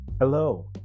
Hello